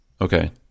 okay